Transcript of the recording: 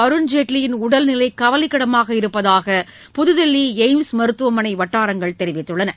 அருண்ஜேட்லியின் உடல்நிலை கவலைக்கிடமாக இருப்பதாக புதுதில்லி எய்ம்ஸ் மருத்துவமனை வட்டாரங்கள் தெரிவித்துள்ளன